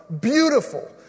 beautiful